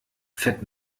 fett